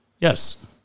Yes